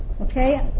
Okay